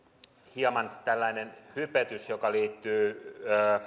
hieman tällainen hypetys joka liittyy